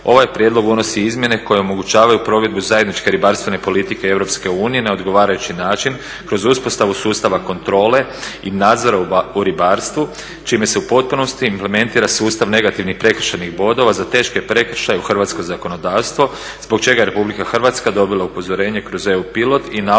ovaj prijedlog unosi izmjene koje omogućavaju provedbu zajedničke ribarstvene politike EU na odgovarajući način kroz uspostavu sustava kontrole i nadzora u ribarstvu čime se u potpunosti implementira sustav negativnih prekršajnih bodova za teške prekršaje u hrvatsko zakonodavstvo zbog čega je RH dobila upozorenje kroz EU pilot i nalog